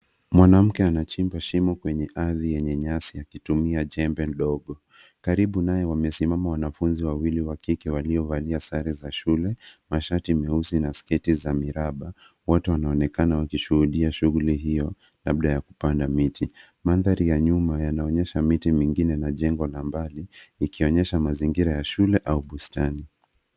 Mwanamke anachimba shimo kwenye ardhi yenye nyasi akitumia jembe ndogo. Karibu naye wamesimama wanafunzi wawili wa kike waliovalia sare za shule, mashati meusi na sketi za miraba. Wote wanaonekana wakishuhudia shughuli hiyo labda ya kupanda miti. Mandhari ya nyuma yanaonyesha miti mingine na jengo la mbali likionyesha mazingira ya shule au bustani.